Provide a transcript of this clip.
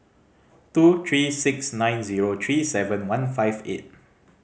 two three six nine zero three seven one five eight